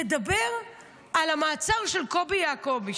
לדבר על המעצר של קובי יעקובי.